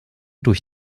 durch